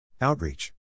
Outreach